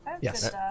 Yes